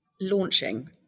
Launching